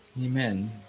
Amen